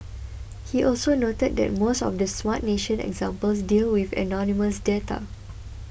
he also noted that most of the Smart Nation examples deal with anonymous data